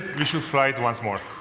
we should fly it once more.